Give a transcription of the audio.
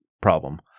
problem